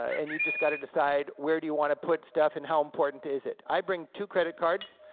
and you just got to decide where do you want to put stuff and how important is it. i bring two credit cards.